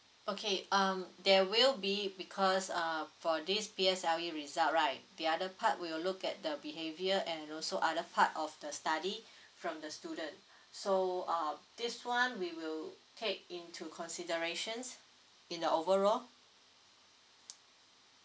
okay um there will be because uh for this P_S_L_E result right the other part will look at the behavior and also other part of the study from the student so uh this one we will take into considerations in the overall